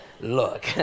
look